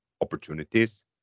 opportunities